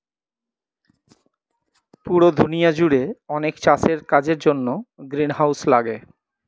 পুরো দুনিয়া জুড়ে অনেক চাষের কাজের জন্য গ্রিনহাউস লাগে